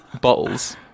bottles